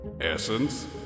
Essence